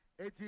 eighty